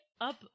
up